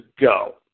go